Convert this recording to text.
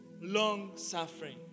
Long-suffering